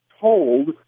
told